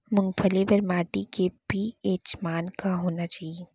मूंगफली बर माटी के पी.एच मान का होना चाही?